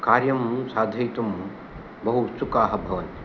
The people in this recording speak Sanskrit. कार्यं साधयितुं बहु उत्सुकाः भवन्ति